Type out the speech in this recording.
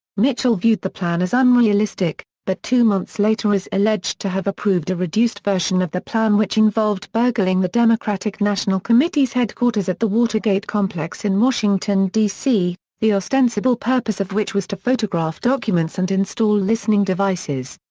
mitchell viewed the plan as unrealistic, but two months later is alleged to have approved a reduced version of the plan which involved burgling the democratic national committee's headquarters at the watergate complex in washington, d c, the ostensible purpose of which was to photograph documents and install listening devices.